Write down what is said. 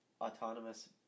autonomous